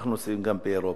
ואנחנו נוסעים גם באירופה.